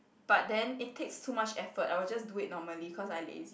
but then it takes too much effort I will just do it normally cause I lazy